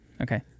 Okay